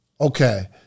Okay